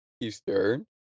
Eastern